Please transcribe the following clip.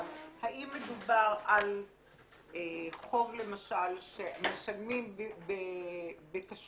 אבל אם מדובר על חוב, למשל, שמשלמים בתשלומים